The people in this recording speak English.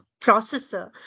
processor